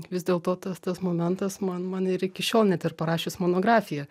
vis dėlto tas tas momentas man man ir iki šiol net ir parašius monografiją